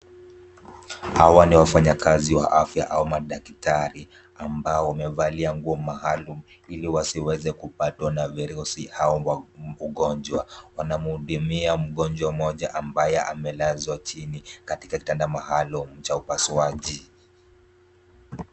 Hawa ni wafanyakazi wa afya au madaktari ambao wamevalia nguo maalum ili wasiweze kupatwa na virusi au ugonjwa. Wanamhudumia mgonjwa mmoja ambaye amelazwa chini katika kitanda cha upasuaji.